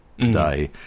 today